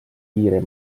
kiire